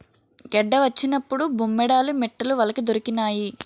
గెడ్డ వచ్చినప్పుడు బొమ్మేడాలు మిట్టలు వలకి దొరికినాయి